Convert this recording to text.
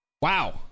Wow